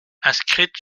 inscrite